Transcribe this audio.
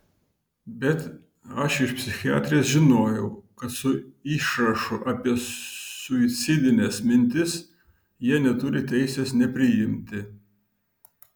bet aš iš psichiatrės žinojau kad su išrašu apie suicidines mintis jie neturi teisės nepriimti